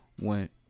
went